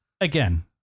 Again